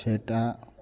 ସେଟା